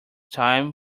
time